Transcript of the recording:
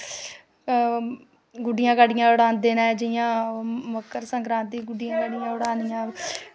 गुड्डियां गड्डियां उड़ांदे नै जियां मक्कर संकरांती गुड्डियां गड्डियां उडानियां